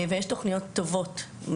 יש תוכניות טובות,